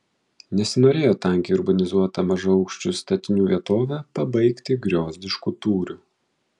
nesinorėjo tankiai urbanizuotą mažaaukščių statinių vietovę pabaigti griozdišku tūriu